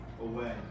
away